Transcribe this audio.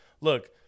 look